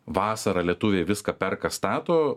vasarą lietuviai viską perka stato